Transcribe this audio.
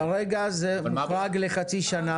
כרגע זה מוחרג לחצי שנה,